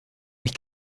ich